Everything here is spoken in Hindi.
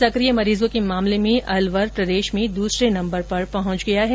सकिय मरीजों के मामले में अलवर प्रदेश में दूसरे नंबर पर पहुंच गया है